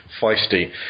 feisty